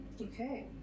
Okay